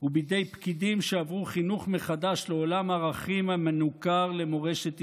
ובידי פקידים שעברו חינוך מחדש לעולם ערכים המנוכר למורשת ישראל.